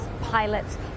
pilots